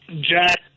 Jack